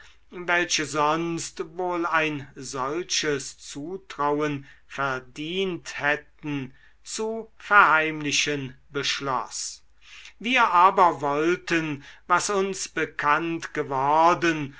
welche sonst wohl ein solches zutrauen verdient hätten zu verheimlichen beschloß wir aber wollten was uns bekannt geworden